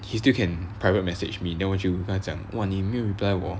he still can private message me then 我就跟他讲 !wah! 你没有 reply 我